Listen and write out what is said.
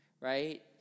right